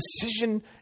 decision